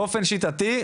שבאופן שיטתי,